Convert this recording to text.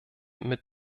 mit